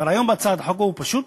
והרעיון בהצעת החוק הוא פשוט: